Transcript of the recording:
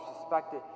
suspected